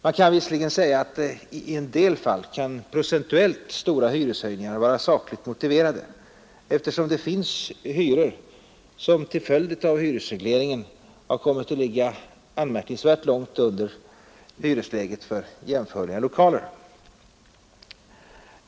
Man kan visserligen säga att procentuellt stora hyreshöjningar var sakligt motiverade i en del fall, eftersom det finns hyror som till följd av hyresregleringen kommit att ligga anmärkningsvärt långt under hyresläget för jämförliga lokaler.